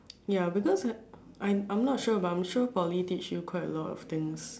ya because I'm I'm not sure but I'm sure Poly teach you quite a lot of things